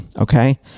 Okay